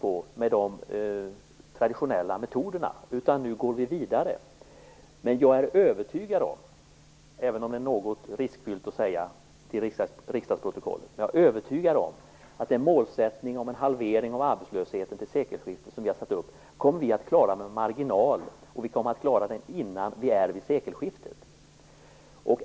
Nu går vi emellertid vidare. Jag är övertygad, även om det är något riskfyllt att säga det till riksdagsprotokollet, om att vi med marginal kommer att klara målsättningen att halvera arbetslösheten till sekelskiftet. Vi kommer dessutom att klara den målsättningen innan vi är framme vid sekelskiftet.